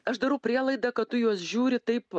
aš darau prielaidą kad tu juos žiūri taip